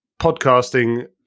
podcasting